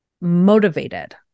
motivated